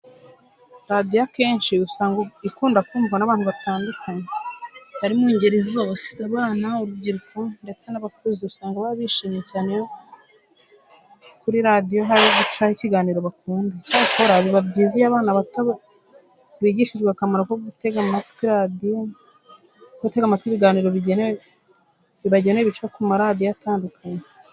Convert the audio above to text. Radiyo usanga akenshi ikunda kumvwa n'abantu batandukanye bari mu ngeri zose. Abana, urubyiruko ndetse n'abakuze usanga baba bishimye cyane iyo kuri radiyo hari gucaho ikiganiro bakunda. Icyakora biba byiza iyo abana bato bigishijwe akamaro ko gutega amatwi ibiganiro bibagenewe bica ku maradiyo atandukanye.